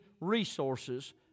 resources